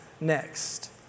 next